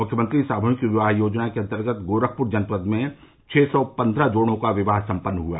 मुख्यमंत्री सामूहिक विवाह योजना के अन्तर्गत गोरखपुर जनपद में छः सौ पन्द्रह जोड़ों का विवाह सम्पन्न हुआ